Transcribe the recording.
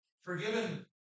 forgiven